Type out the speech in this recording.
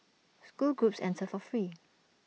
school groups enter for free